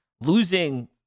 losing